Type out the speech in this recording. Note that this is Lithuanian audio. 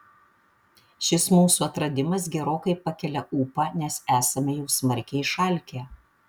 šis mūsų atradimas gerokai pakelia ūpą nes esame jau smarkiai išalkę